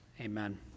amen